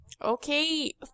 Okay